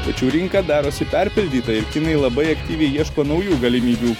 tačiau rinka darosi perpildyta ir kinai labai aktyviai ieško naujų galimybių